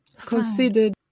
considered